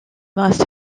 must